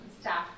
staff